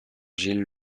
gilles